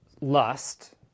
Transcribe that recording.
lust